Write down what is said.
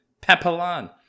Papillon